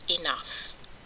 Enough